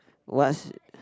what's